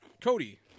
Cody